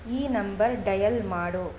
ಈ number dial ಮಾಡು